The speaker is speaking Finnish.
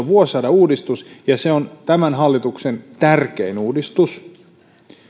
vuosisadan uudistus ja tämän hallituksen tärkein uudistus